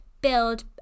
build